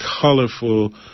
colorful